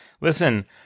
listen